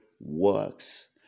Works